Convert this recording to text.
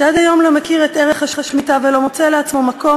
שעד היום לא מכיר את ערך השמיטה ולא מוצא לעצמו מקום